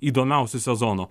įdomiausių sezono